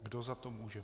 Kdo za to může?